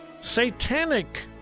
Satanic